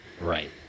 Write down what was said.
Right